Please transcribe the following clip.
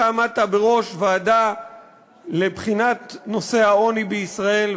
אתה עמדת בראש ועדה לבחינת נושא העוני בישראל,